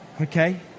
okay